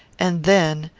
and then,